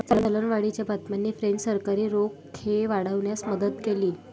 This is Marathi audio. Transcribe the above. चलनवाढीच्या बातम्यांनी फ्रेंच सरकारी रोखे वाढवण्यास मदत केली